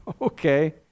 Okay